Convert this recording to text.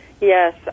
Yes